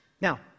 Now